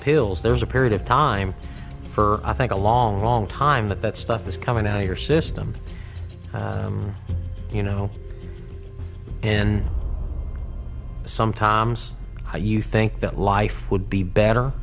pills there's a period of time for i think a long long time that that stuff is coming out of your system you know and sometimes you think that life would be better